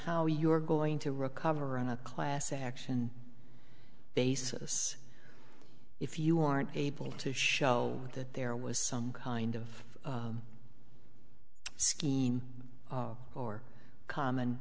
how you are going to recover on a class action basis if you aren't able to show that there was some kind of scheme or common